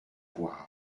voir